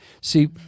see